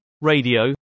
radio